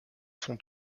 son